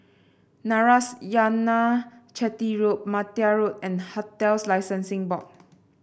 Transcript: Narayanan Chetty Road Martia Road and Hotels Licensing Board